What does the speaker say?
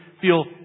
feel